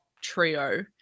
trio